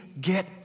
get